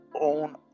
own